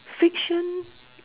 fiction